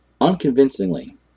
Unconvincingly